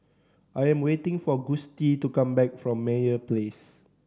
I'm waiting for Gustie to come back from Meyer Place